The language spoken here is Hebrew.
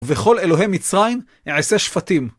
ובכל אלוהי מצרים, אעשה שפטים.